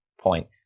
point